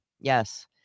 Yes